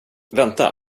vänta